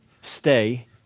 Stay